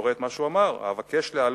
אני קורא את מה שהוא ביקש: אבקש להעלות